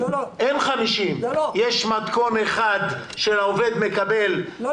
אין 50. יש מתכון אחד שבו העובד מקבל --- לא,